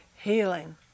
healing